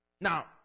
Now